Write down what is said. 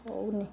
ହେଉନି